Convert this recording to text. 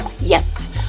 Yes